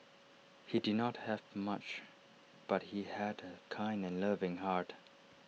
he did not have much but he had A kind and loving heart